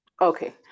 Okay